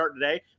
today